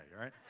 right